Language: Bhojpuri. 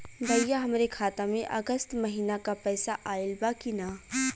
भईया हमरे खाता में अगस्त महीना क पैसा आईल बा की ना?